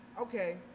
Okay